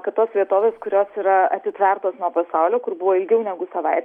kad tos vietovės kurios yra atitvertos nuo pasaulio kur buvo ilgiau negu savaitę